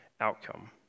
outcome